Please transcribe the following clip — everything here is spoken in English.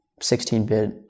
16-bit